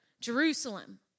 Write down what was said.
Jerusalem